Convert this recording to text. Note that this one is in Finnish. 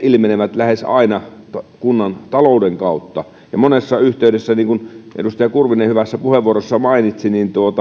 ilmenevät lähes aina nimenomaan kunnan talouden kautta ja monessa yhteydessä niin kuin edustaja kurvinen hyvässä puheenvuorossaan mainitsi